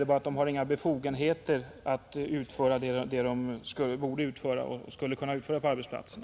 Det är bara det att de inte har några befogenheter att utföra det de borde utföra och skulle kunna utföra på arbetsplatserna.